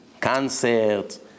Concerts